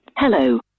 Hello